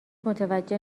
متوجه